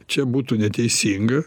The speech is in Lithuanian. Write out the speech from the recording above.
čia būtų neteisinga